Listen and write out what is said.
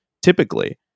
typically